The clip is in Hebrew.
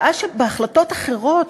שעה שבהחלטות אחרות,